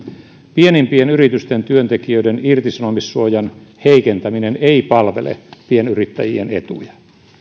pienimpien yritysten työntekijöiden irtisanomissuojan heikentäminen ei palvele pienyrittäjien etuja